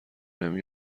نمی